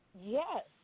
yes